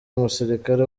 umusirikare